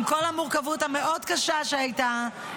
עם כל המורכבות המאוד-קשה שהייתה,